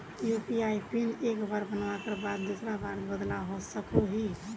UPI pin एक बार बनवार बाद दूसरा बार बदलवा सकोहो ही?